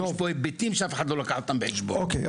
יש פה היבטים שאף אחד לא לקח אותם בחשבון --- אוקיי,